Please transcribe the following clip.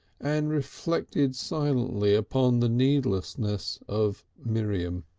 and reflected silently upon the needlessness of miriam.